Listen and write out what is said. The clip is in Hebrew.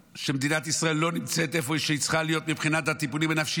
שמדינת ישראל לא נמצאת איפה שהיא צריכה להיות מבחינת הטיפולים הנפשיים,